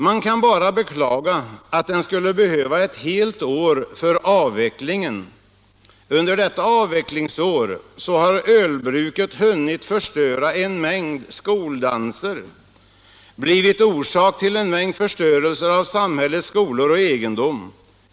Man kan bara beklaga att det skulle behövas ett helt år för avvecklingen. Under detta avvecklingsår har ölbruket hunnit förstöra en mängd skoldanser och blivit orsak till en mängd förstörelser av samhällets skolor och egendom.